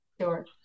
sure